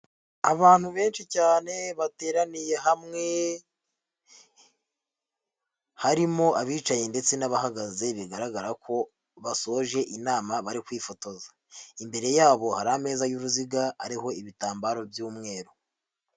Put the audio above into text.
Abantu benshi cyane bateraniye hamwe harimo abicaye ndetse n'abahagaze bigaragara ko basoje inama bari kwifotoza. Imbere yabo hari ameza y'uruziga ariho ibitambaro by'umweru.